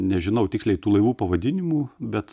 nežinau tiksliai tų laivų pavadinimų bet